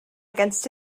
against